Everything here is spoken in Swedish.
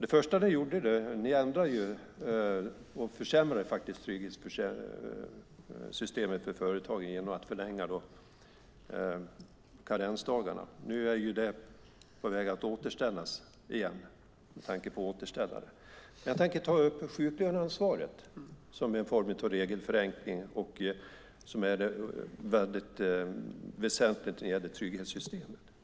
Det första ni gjorde var att ändra och faktiskt försämra trygghetssystemet för företagen genom att förlänga antalet karensdagar. Nu är det på väg att återställas igen - med tanke på återställare. Jag tänker ta upp sjuklöneansvaret som en form av regelförenkling som är väldigt väsentlig när det gäller trygghetssystemen.